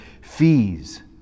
fees